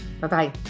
Bye-bye